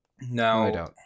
No